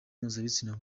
mpuzabitsina